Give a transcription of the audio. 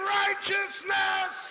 righteousness